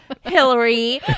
Hillary